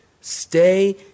Stay